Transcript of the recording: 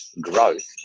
growth